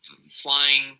flying